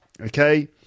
Okay